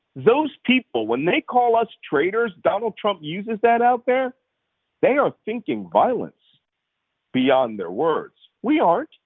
those people, when they call us traitors donald trump uses that out there they are thinking violence beyond their words. we aren't,